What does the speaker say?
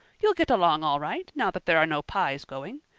you'll get along all right, now that there are no pyes going.